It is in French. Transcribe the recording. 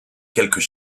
quelques